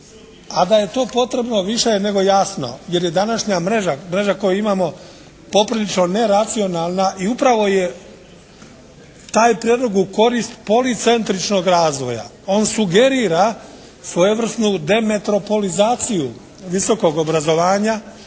a da je to potrebno više je nego jasno jer i današnja mreža koju imamo poprilično neracionalna i upravo je taj prijedlog u korist policentričnog razvoja. On sugerira svojevrsnu demetropolizaciju visokog obrazovanja.